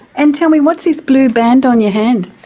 and tell me, what's this blue band on your hand?